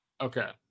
Okay